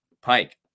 Pike